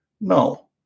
No